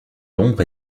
l’ombre